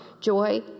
joy